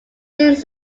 since